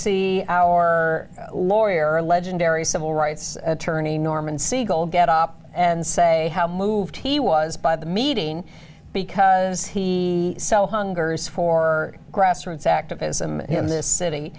see our lawyer legendary civil rights attorney norman siegel get up and say how moved he was by the meeting because he hungers for grassroots activism in this city